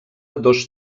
dos